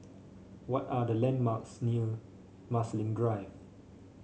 what are the landmarks near Marsiling Drive